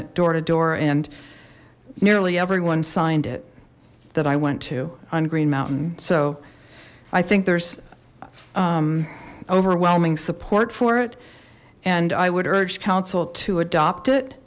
it door to door and nearly everyone signed it that i went to on green mountain so i think there's overwhelming support for it and i would urge council to adopt it